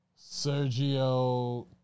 Sergio